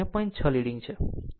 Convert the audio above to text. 6 leading છે